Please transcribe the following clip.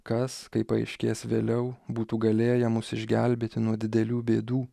kas kaip paaiškės vėliau būtų galėję mus išgelbėti nuo didelių bėdų